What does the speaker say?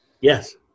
Yes